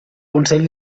consell